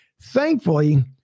thankfully